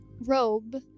Robe